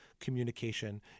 communication